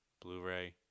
Blu-ray